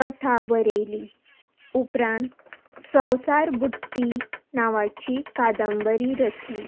कथा बरयली उपरान संवसार बुट्टी नांवाची कादंबरी रचली